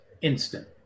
instant